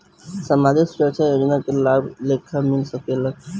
सामाजिक सुरक्षा योजना के लाभ के लेखा मिल सके ला?